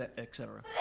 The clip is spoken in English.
ah et cetera.